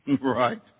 right